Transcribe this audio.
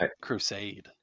Crusade